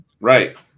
Right